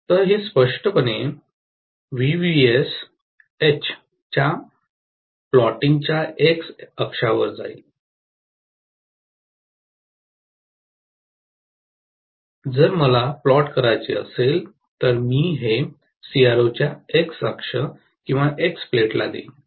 तर हे स्पष्टपणे V vs H च्या प्लॉटिंगच्या एक्स अक्षावर जाईल जर मला प्लॉट करायचे असेल तर मी हे सीआरओ च्या एक्स अक्ष किंवा एक्स प्लेटला देईन